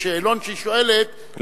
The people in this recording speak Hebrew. בשאלון שהיא שואלת,